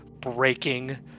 breaking